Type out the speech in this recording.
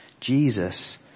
Jesus